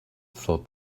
thought